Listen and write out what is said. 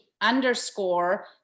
underscore